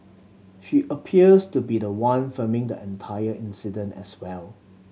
she appears to be the one filming the entire incident as well